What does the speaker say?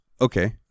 Okay